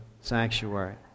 sanctuary